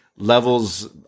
levels